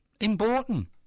important